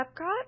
Epcot